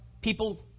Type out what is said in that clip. People